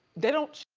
they don't,